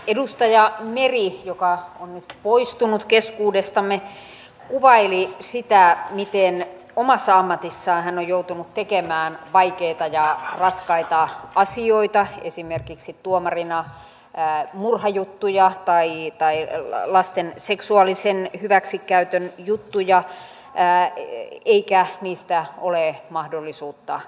edustaja meri joka on nyt poistunut keskuudestamme kuvaili sitä miten omassa ammatissaan hän on joutunut tekemään vaikeita ja raskaita asioita esimerkiksi tuomarina murhajuttuja tai lasten seksuaalisen hyväksikäytön juttuja eikä niistä ole mahdollisuutta kieltäytyä